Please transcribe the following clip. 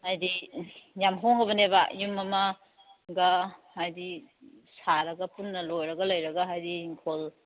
ꯍꯥꯏꯕꯗꯤ ꯌꯥꯝ ꯍꯣꯡꯂꯕꯅꯦꯕ ꯌꯨꯝ ꯑꯃꯒ ꯍꯥꯏꯕꯗꯤ ꯁꯥꯔꯒ ꯄꯨꯟꯅ ꯂꯣꯏꯔꯒ ꯍꯥꯏꯕꯗꯤ ꯏꯪꯈꯣꯜ